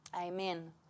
amen